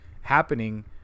happening